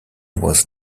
was